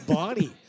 body